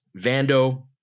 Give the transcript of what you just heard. Vando